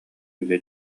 үлэ